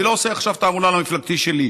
ואני לא עושה עכשיו תעמולה למפלגתי שלי.